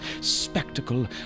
spectacle